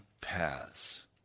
paths